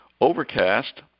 Overcast